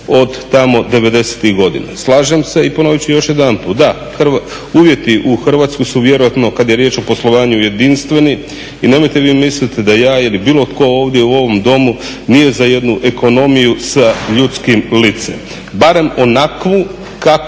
od tamo 90.-tih godina. Slažem se i ponoviti ću još jedanput, da, uvjeti u Hrvatskoj su vjerojatno kada je riječ o poslovanju jedinstveni. I nemojte vi misliti da ja ili bilo tko ovdje u ovom domu nije za jednu ekonomiju sa ljudskim licem barem onakvu kakva